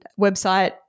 website